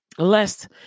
Lest